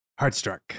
Heartstruck